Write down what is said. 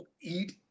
eat